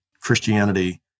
Christianity